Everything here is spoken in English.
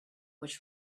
which